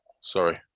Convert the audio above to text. Sorry